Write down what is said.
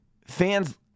fans